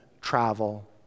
travel